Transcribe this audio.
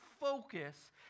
focus